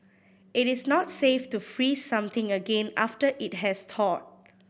it is not safe to freeze something again after it has thawed